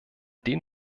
den